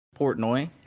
Portnoy